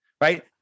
right